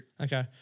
Okay